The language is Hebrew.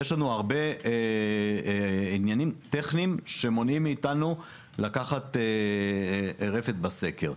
יש לנו הרבה עניינים טכניים שמונעים מאתנו לקחת רפת בסקר.